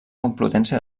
complutense